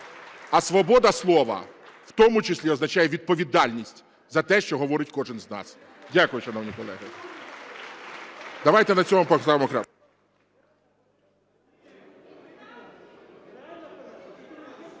А свобода слова в тому числі означає відповідальність за те, що говорить кожен з нас. Дякую, шановні колеги.